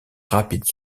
rapide